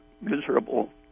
miserable